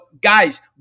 guys